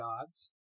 gods